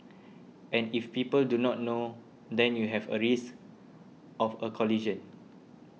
and if people do not know then you have a risk of a collision